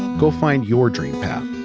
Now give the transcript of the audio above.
go find your dream path.